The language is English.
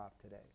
today